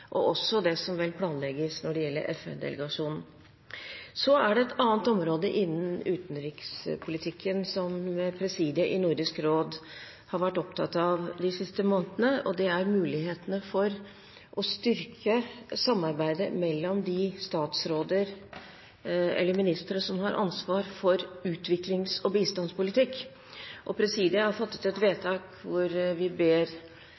og også det som vel planlegges når det gjelder FN-delegasjonen. Så er det et annet område innen utenrikspolitikken som presidiet i Nordisk råd har vært opptatt av de siste månedene, og det er mulighetene for å styrke samarbeidet mellom de ministre som har ansvar for utviklings- og bistandspolitikk. Presidiet har fattet et vedtak hvor vi ber